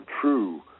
true